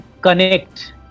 connect